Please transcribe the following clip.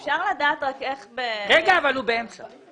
הוא לא ענה לי, אבל בסדר.